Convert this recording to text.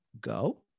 go